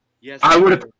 Yes